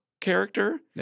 character